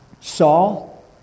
Saul